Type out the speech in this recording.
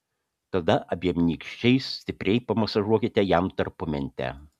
tada abiem nykščiais stipriai pamasažuokite jam tarpumentę